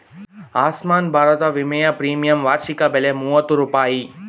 ಆಸ್ಮಾನ್ ಭಾರತ ವಿಮೆಯ ಪ್ರೀಮಿಯಂ ವಾರ್ಷಿಕ ಬೆಲೆ ಮೂವತ್ತು ರೂಪಾಯಿ